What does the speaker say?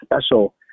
special